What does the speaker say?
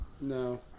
No